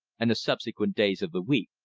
and the subsequent days of the week.